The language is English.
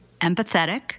Empathetic